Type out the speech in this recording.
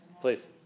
Please